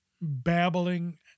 babbling